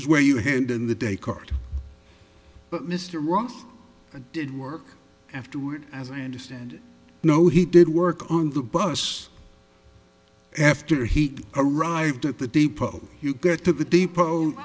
is where you hand in the day card but mr ross did work afterward as i understand no he did work on the bus after he arrived at the depot you got to the depot